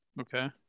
Okay